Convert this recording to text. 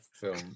film